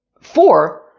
four